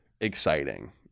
exciting